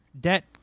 debt